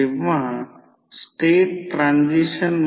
तर I2 24 ampere असेल